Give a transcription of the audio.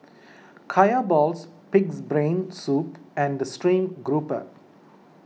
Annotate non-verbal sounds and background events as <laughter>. <noise> Kaya Balls Pig's Brain Soup and Stream Grouper